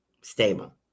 stable